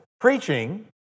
preaching